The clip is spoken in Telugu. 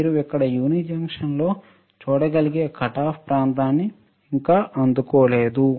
మీరు ఇక్కడ యూని జంక్షన్ లో చూడగలిగే కటాఫ్ ప్రాంతాన్నిఇంకా అందుకోలేదు